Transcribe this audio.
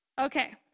Okay